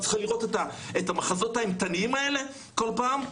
היא צריכה לראות את המחזות האימתניים האלה כל פעם?